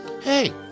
hey